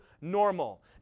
normal